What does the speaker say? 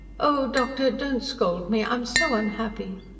oh, doctor, don't scold me. i am so unhappy.